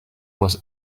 was